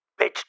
Bitch